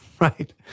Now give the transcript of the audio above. Right